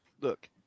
Look